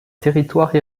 territoire